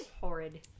horrid